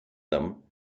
them